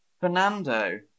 Fernando